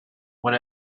when